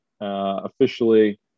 officially